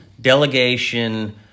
delegation